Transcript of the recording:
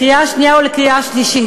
לקריאה שנייה ולקריאה שלישית.